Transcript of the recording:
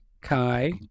Kai